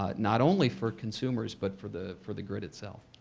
ah not only for consumers, but for the for the grid itself.